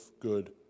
good